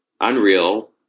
unreal